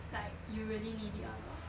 like you really need it or not